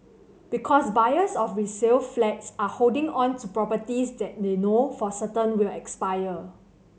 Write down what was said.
because buyers of resale flats are holding on to properties that they know for certain will expire